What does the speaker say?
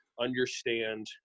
understand